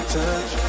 touch